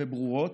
וברורות.